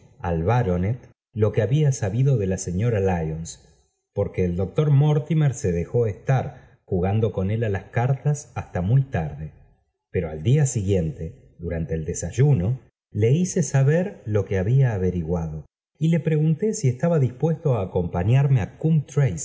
al baronet lo que había sabido de la señora lyonis porque el doctor mortimer se dejó estar jugando con él á las cartas hasta muy tarde pero al día siguiente durante el desayuno ie hice saber lo que había averiguado y le pregunté si estaba dispuesto á acompañarme á